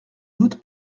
doute